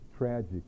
tragic